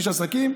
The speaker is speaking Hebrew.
איש עסקים,